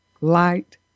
light